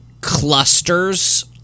clusters